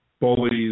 bullies